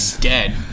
dead